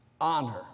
honor